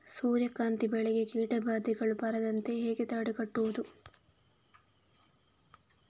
ಸೂರ್ಯಕಾಂತಿ ಬೆಳೆಗೆ ಕೀಟಬಾಧೆಗಳು ಬಾರದಂತೆ ಹೇಗೆ ತಡೆಗಟ್ಟುವುದು?